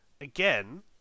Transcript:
again